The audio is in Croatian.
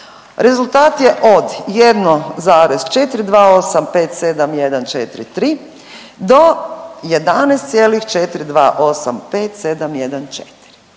rezultat je od 1,42857143 do 11,4285714.